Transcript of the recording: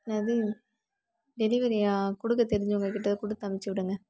எனது டெலிவெரியை கொடுக்க தெரிஞ்சவங்க கிட்ட கொடுத்து அமுச்சு விடுங்க